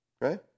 right